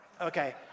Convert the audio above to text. Okay